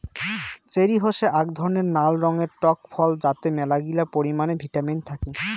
cherry হসে আক ধরণের নাল রঙের টক ফল যাতে মেলাগিলা পরিমানে ভিটামিন থাকি